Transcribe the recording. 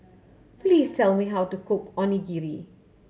please tell me how to cook Onigiri